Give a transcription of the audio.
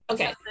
Okay